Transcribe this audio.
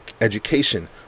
education